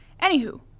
Anywho